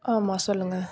ஆமாம் சொல்லுங்கள்